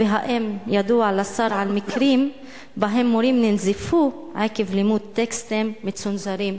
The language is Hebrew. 11. האם ידוע לשר על מקרים שבהם מורים ננזפו עקב לימוד טקסטים מצונזרים?